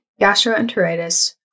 gastroenteritis